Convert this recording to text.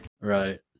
Right